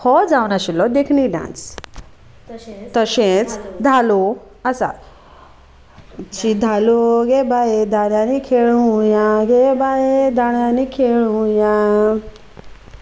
हो जावन आशिल्लो देखणी डांस तशेंच धालो आसा शी धालो गे बाये धालांनी खेळुया गे बाये धालांनी खेळुया